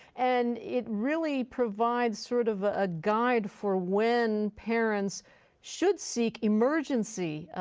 and it really provides sort of a guide for when parents should seek emergency